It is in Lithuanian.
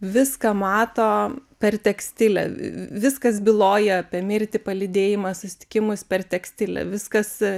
viską mato per tekstilę viskas byloja apie mirtį palydėjimą susitikimus per tekstilę viskas